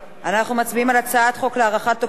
אנחנו מצביעים על הצעת חוק להארכת תוקפן